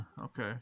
Okay